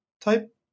type